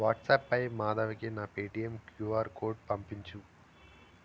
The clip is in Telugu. వాట్సాప్పై మాధవికి నా పేటీఎం క్యూఆర్ కోడ్ పంపించు